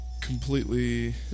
completely